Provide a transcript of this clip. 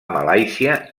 malàisia